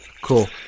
Cool